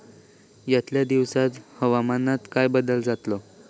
यतल्या दिवसात हवामानात काय बदल जातलो?